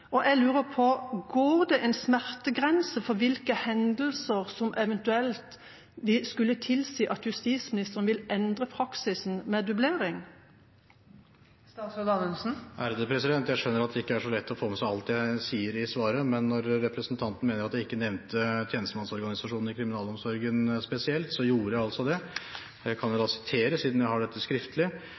og jeg lurer på: Går det en smertegrense for hvilke hendelser som eventuelt skulle tilsi at justisministeren vil endre praksisen med dublering? Jeg skjønner at det ikke er så lett å få med seg alt jeg sier i svaret. Representanten mener at jeg ikke nevnte tjenestemannsorganisasjonene i kriminalomsorgen spesielt, men det gjorde jeg altså. Jeg kan sitere, siden jeg har dette skriftlig: